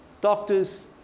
Doctors